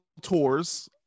tours